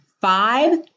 five